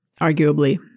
arguably